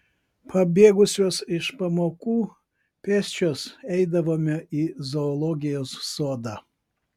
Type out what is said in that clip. pabėgusios iš pamokų pėsčios eidavome į zoologijos sodą